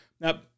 Now